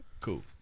Cool